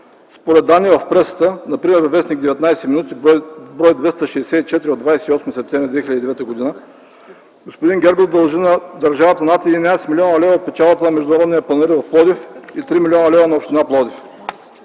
Според данни в пресата, например във вестник „19 минути”, бр. 264 от 28 септември 2009 г., господин Гергов дължи на държавата над 11 млн. лв. от печалбата на Международния панаир в Пловдив и 3 млн. лв. на община Пловдив.